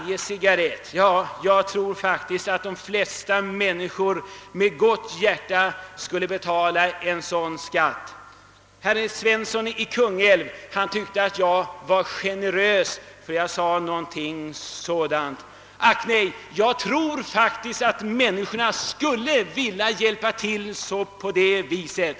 Jag tror faktiskt att de flesta människor med gott hjärta skulle betala en skatt på 3 öre ytterligare på varje cigarrett. Herr Svensson i Kungälv tyckte att jag var generös, när jag sade det. Ack nej! Jag tror verkligen att människor skulle vilja hjälpa till på det viset.